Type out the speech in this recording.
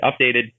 updated